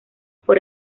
por